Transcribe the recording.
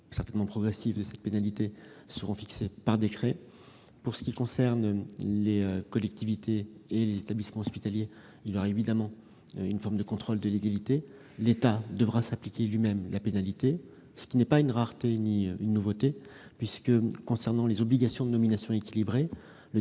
certainement progressifs, de cette pénalité seront fixés par décret. Pour ce qui concerne les collectivités locales et les établissements hospitaliers, il y aura une forme de contrôle de légalité. L'État devra s'appliquer à lui-même la pénalité, ce qui n'est ni une rareté ni une nouveauté. En effet, concernant les obligations de nominations équilibrées, le